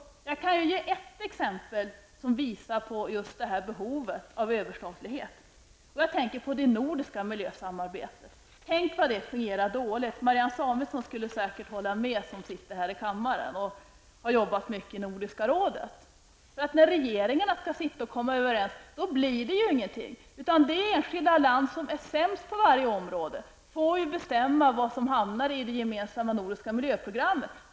Jag kan ge ett exempel som visar på behovet av överstatlighet. Jag tänker på det nordiska miljösamarbetet. Tänk vad det fungerar dåligt! Marianne Samuelsson, som sitter här i kammaren och har arbetat med dessa frågor i Nordiska rådet, skulle säkert hålla med. När regeringarna skall försöka komma överens händer det ingenting, utan det enskilda land som är sämst på varje område får bestämma vad som tas med i det gemensamma nordiska miljöprogrammet.